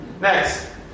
Next